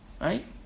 Right